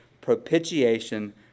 propitiation